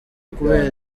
kubera